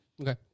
Okay